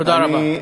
תודה רבה.